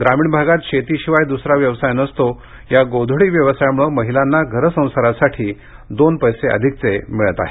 ग्रामिण भागात शेतीशिवाय दुसरा व्यवसाय नसतो या गोधडी व्यवसायामुळं महिलांना घरसंसारासाठी दोन पैसे अधिकचे मिळत आहेत